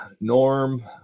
Norm